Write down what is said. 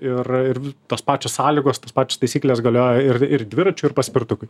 ir ir tos pačios sąlygos tos pačios taisyklės galioja ir ir dviračiui ir paspirtukui